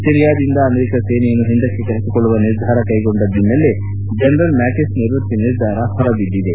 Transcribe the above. ಸಿರಿಯಾದಿಂದ America ಸೇನೆಯನ್ನು ಒಂದಕ್ಕೆ ಕರೆಸಿಕೊಳ್ಳುವ ನಿರ್ಧಾರ ಕ್ಟೆಗೊಂಡ ಬೆನ್ನಲ್ಲೇ ಜನರಲ್ ಮ್ಯಾಟಿಸ್ ನಿವೃತ್ತಿ ನಿರ್ಧಾರ ಹೊರಬಿದ್ದಿದೆ